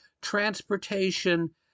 transportation